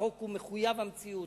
החוק הוא מחויב המציאות.